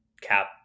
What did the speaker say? cap